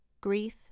grief